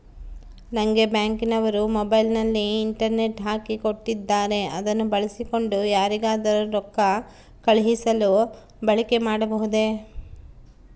ನಂಗೆ ಬ್ಯಾಂಕಿನವರು ಮೊಬೈಲಿನಲ್ಲಿ ಇಂಟರ್ನೆಟ್ ಹಾಕಿ ಕೊಟ್ಟಿದ್ದಾರೆ ಅದನ್ನು ಬಳಸಿಕೊಂಡು ಯಾರಿಗಾದರೂ ರೊಕ್ಕ ಕಳುಹಿಸಲು ಬಳಕೆ ಮಾಡಬಹುದೇ?